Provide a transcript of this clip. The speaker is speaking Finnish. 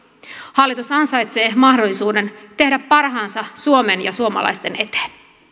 hallitus ansaitsee mahdollisuuden tehdä parhaansa suomen ja suomalaisten eteen